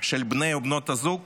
של בני ובנות הזוג